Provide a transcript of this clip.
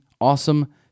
awesome